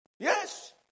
Yes